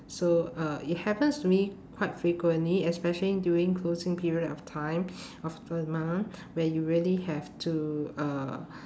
so uh it happens to me quite frequently especially during closing period of time of the month when you really have to uh